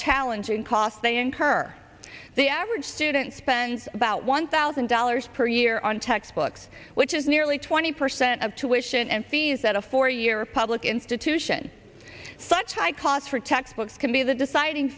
challenge in costs they incur the average student spends about one thousand dollars per year on textbooks which is nearly twenty percent of tuitions and fees that a four year public institution such high costs for textbooks can be the deciding